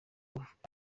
afite